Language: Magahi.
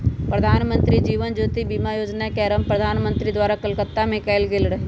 प्रधानमंत्री जीवन ज्योति बीमा जोजना के आरंभ प्रधानमंत्री द्वारा कलकत्ता में कएल गेल रहइ